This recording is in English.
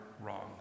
wrong